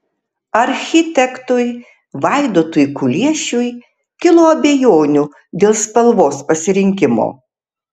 architektui vaidotui kuliešiui kilo abejonių dėl spalvos pasirinkimo